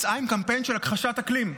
יצאה עם קמפיין של הכחשת אקלים.